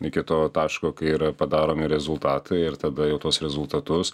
iki to taško kai yra padaromi rezultatai ir tada jau tuos rezultatus